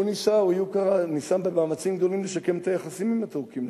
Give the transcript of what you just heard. איוב קרא ניסה במאמצים גדולים לשקם את היחסים עם הטורקים.